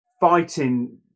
fighting